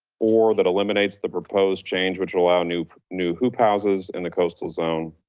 or that eliminates the proposed change which allow new hoop new hoop houses in the coastal zone.